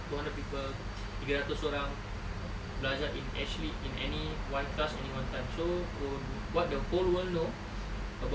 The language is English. two hundred people tiga ratus orang belajar in actually in any one class any one time so what the whole world know about